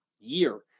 Year